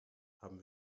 haben